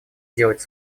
делать